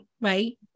right